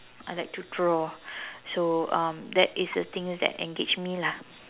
I like to draw so um that is the things that engage me lah